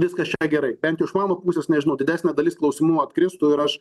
viskas čia gerai bent iš mano pusės nežinau didesnė dalis klausimų atkristų ir aš